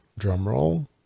drumroll